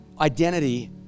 Identity